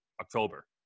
October